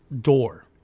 door